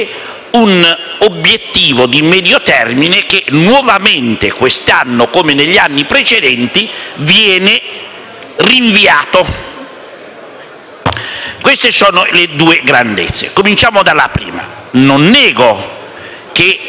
un obiettivo di medio termine che nuovamente quest'anno, come negli anni precedenti, viene rinviato. Queste sono le due grandezze da considerare. Cominciamo dalla prima: non nego che